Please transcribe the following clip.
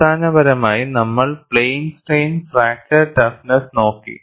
അടിസ്ഥാനപരമായി നമ്മൾ plane strain fracture toughness നോക്കി